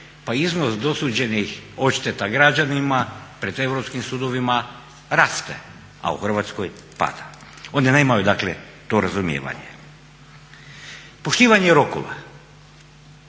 pa iznos dosuđenih odšteta građanima pred europskim sudovima raste, a u Hrvatskoj pada. Oni nemaju dakle to razumijevanje. Poštivanje rokova.